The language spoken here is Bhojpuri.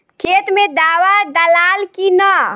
खेत मे दावा दालाल कि न?